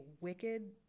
wicked